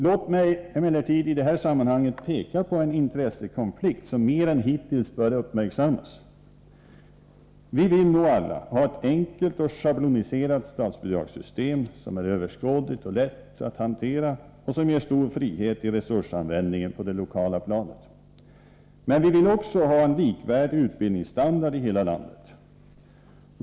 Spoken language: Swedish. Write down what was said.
Låt mig emellertid i det här sammanhanget peka på en intressekonflikt som mer än hittills bör uppmärksammas. Vi vill nog alla ha ett enkelt och schabloniserat statsbidragssystem, som är överskådligt och lätt att hantera och som ger stor frihet i resursanvändningen på det lokala planet. Men vi vill också ha en likvärdig utbildningsstandard i hela landet.